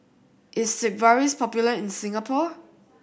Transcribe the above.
is Sigvaris popular in Singapore